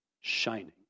shining